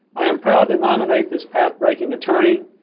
i am proud to nominate this pathbreaking attorney,